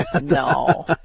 No